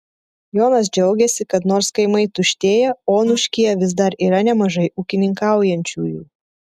jonas džiaugiasi kad nors kaimai tuštėja onuškyje vis dar yra nemažai ūkininkaujančiųjų